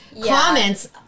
comments